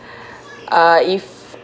uh if